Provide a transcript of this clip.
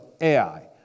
Ai